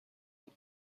کنید